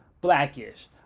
Blackish